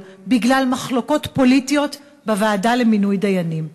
בגלל מחלוקות פוליטיות בוועדה לבחירת דיינים.